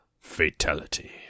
Fatality